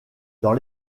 dans